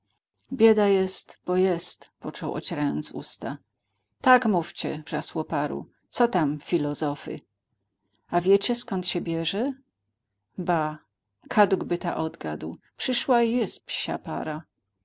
bieda jest bo jest począł ocierając usta tak mówcie wrzasło paru co tam filozofy a wiecie skąd się bierze ba kadukby ta odgadł przyszła i jest